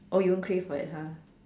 oh you won't crave for it ha